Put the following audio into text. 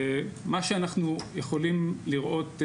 מה שאנחנו יכולים לראות כאן,